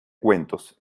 cuentos